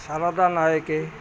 Saradha Nayak